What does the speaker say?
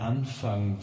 Anfang